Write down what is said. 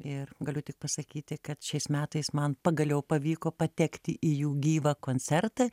ir galiu tik pasakyti kad šiais metais man pagaliau pavyko patekti į jų gyvą koncertą